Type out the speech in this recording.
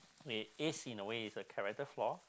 it is in a way is a character flaw